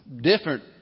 different